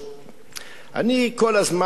אני כל הזמן יושב וחושב,